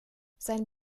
sein